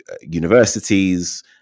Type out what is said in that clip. universities